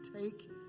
take